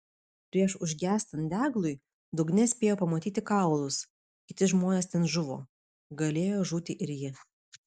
prieš užgęstant deglui dugne spėjo pamatyti kaulus kiti žmonės ten žuvo galėjo žūti ir ji